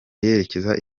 yerekeza